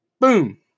Boom